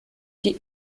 die